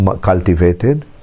Cultivated